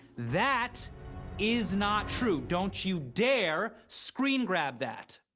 that is not true. don't you dare screen grab that.